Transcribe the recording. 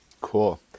Cool